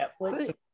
Netflix